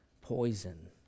poison